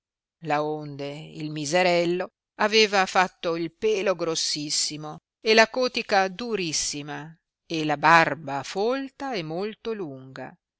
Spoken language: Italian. bestia laonde il miserello aveva fatto il pelo grossissimo e la cotica durissima e la barba folta e molto lunga